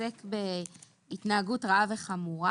עוסק בהתנהגות רעה וחמורה.